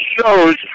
shows